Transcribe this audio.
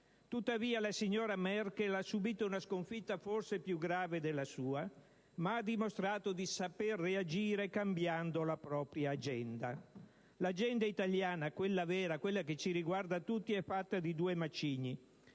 Tuttavia, la signora Merkel ha subito una sconfitta forse più grave della sua, ma ha dimostrato di saper reagire cambiando la propria agenda. L'agenda italiana, quella vera e che riguarda tutti, è fatta di due macigni: